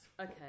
Okay